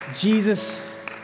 Jesus